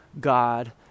God